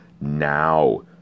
now